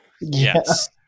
Yes